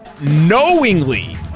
knowingly